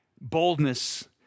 boldness